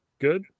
good